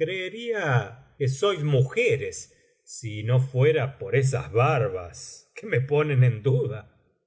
creería que sois mujeres sino fuera por esas barbas que me ponen en duda